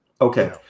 Okay